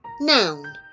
Noun